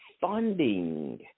funding